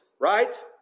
right